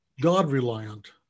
God-reliant